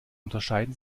unterscheiden